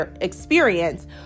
experience